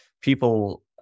people